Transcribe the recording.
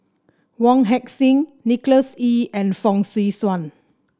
Wong Heck Sing Nicholas Ee and Fong Swee Suan